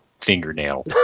fingernail